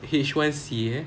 h one C eh